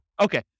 Okay